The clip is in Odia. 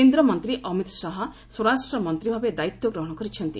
କେନ୍ଦ୍ରମନ୍ତ୍ରୀ ଅମିତ୍ ଶାହା ସ୍ୱରାଷ୍ଟ୍ର ମନ୍ତ୍ରୀଭାବେ ଦାୟିତ୍ୱ ଗ୍ରହଣ କରିଛନ୍ତି